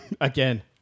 again